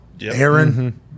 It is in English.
Aaron